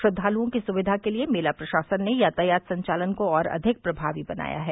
श्रद्वालुओं की सुविधा के लिए मेला प्रशासन ने यातायात संचालन को और अधिक प्रभावी बनाया है